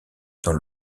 dans